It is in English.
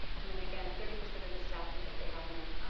and then again, thirty percent of the staff think that they have enough